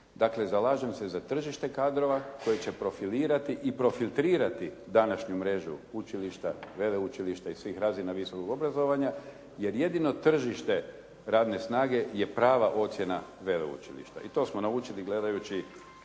zalažem se za tržište kadrova koje će profilirati i profiltrirati današnju mrežu učilišta, veleučilišta i svih razina visokog obrazovanja jer jedino tržište radne snage je prava ocjena veleučilišta. I to smo naučili gledajući